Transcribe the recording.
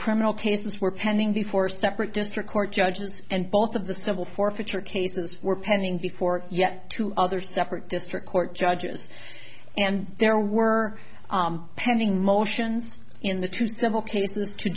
criminal cases were pending before separate district court judges and both of the civil forfeiture cases were pending before yet two other separate district court judges and there were pending motions in the two civil cases to